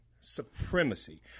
supremacy